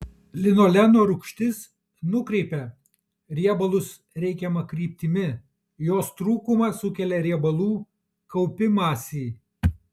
linoleno rūgštis nukreipia riebalus reikiama kryptimi jos trūkumas sukelia riebalų kaupimąsi